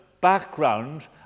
background